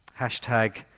Hashtag